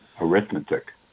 arithmetic